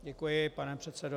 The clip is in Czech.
Děkuji, pane předsedo.